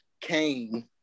Cain